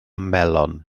melon